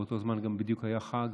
באותו זמן גם בדיוק היה חג,